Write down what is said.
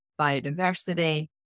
biodiversity